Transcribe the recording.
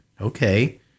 okay